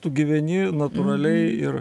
tu gyveni natūraliai ir